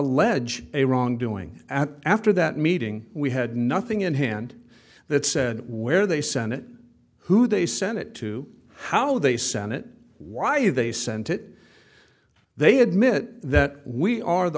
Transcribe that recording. ege a wrongdoing at after that meeting we had nothing in hand that said where they senate who they sent it to how they sound it why they sent it they admit that we are the